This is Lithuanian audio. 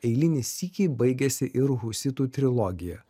eilinį sykį baigėsi ir husitų trilogija